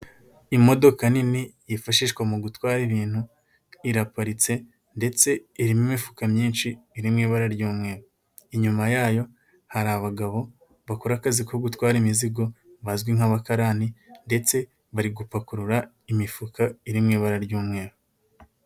Imodoka nini yifashishwa mu gutwara ibintu, iraparitse ndetse irimo imifuka myinshi irimo ibara ry'umweru, inyuma yayo hari abagabo bakora akazi ko gutwara imizigo, bazwi nk'abakarani ndetse bari gupakurura imifuka iri mu ibara ry'umweru.